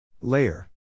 Layer